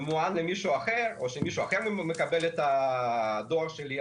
ממוען למישהו אחר או שמישהו אחר מקבל את הדואר שלי,